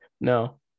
No